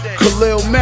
Khalil